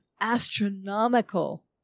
astronomical